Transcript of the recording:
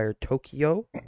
Tokyo